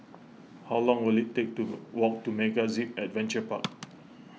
how long will it take to walk to MegaZip Adventure Park